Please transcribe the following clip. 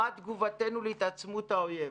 מה תגובתנו להתעצמות האויב.